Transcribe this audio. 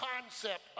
concept